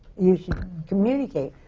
you should communicate.